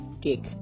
Cake